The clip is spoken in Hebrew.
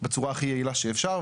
בצורה הכי יעילה שאפשר,